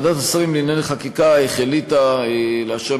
ועדת השרים לענייני חקיקה החליטה בישיבתה ביום